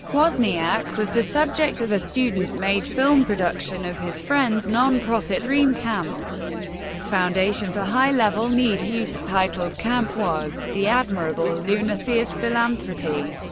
wozniak was the subject of a student-made film production of his friend's nonprofit dream camp foundation for high-level need youth titled camp woz the admirable lunacy of philanthropy.